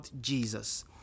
Jesus